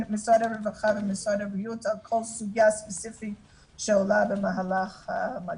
משרד הרווחה ומשרד הבריאות על כל סוגיה ספציפית שעולה במהלך המגפה.